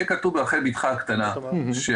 שיהיה כתוב ברחל בתך הקטנה שהאמור